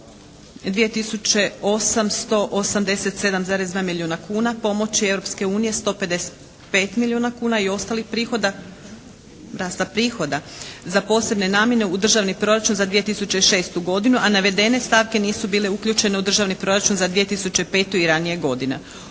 887,2 milijuna kuna, pomoći Europske unije 155 milijuna kuna i ostalih prihoda, rasta prihoda za posebne namjene u državni proračun za 2006. godinu a navedene stavke nisu bile uključene u državni proračun za 2005. i ranijih godina.